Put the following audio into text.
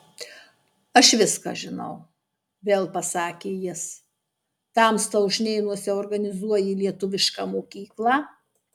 aš viską žinau vėl pasakė jis tamsta ušnėnuose organizuoji lietuvišką mokyklą